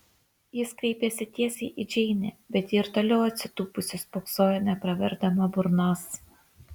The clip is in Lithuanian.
jis kreipėsi tiesiai į džeinę bet ji ir toliau atsitūpusi spoksojo nepraverdama burnos